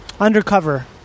undercover